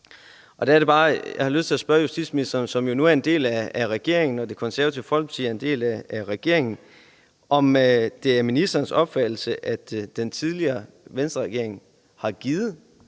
regeringen – Det Konservative Folkeparti er en del af regeringen – om det er ministerens opfattelse, at den tidligere Venstreregering har givet